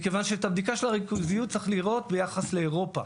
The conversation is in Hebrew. מכיוון שצריך לראות אותה ביחס לאירופה.